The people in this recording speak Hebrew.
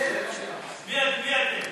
מי אתם?